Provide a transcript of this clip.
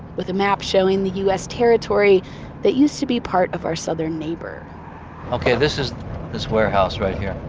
with a map showing the u s. territory that used to be part of our southern neighbor okay, this is this warehouse right here.